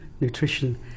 Nutrition